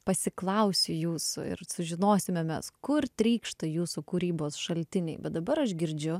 pasiklausiu jūsų ir sužinosime mes kur trykšta jūsų kūrybos šaltiniai bet dabar aš girdžiu